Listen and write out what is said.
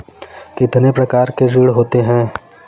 कितने प्रकार के ऋण होते हैं?